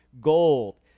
gold